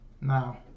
Now